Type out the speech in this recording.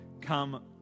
come